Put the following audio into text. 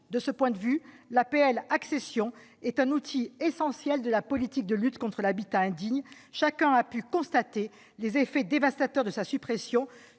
De ce point de vue, le dispositif APL accession est un outil essentiel de la politique de lutte contre l'habitat indigne. Chacun a pu constater les effets dévastateurs de sa suppression